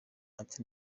ati